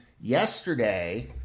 yesterday